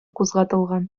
кузгатылган